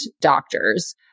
doctors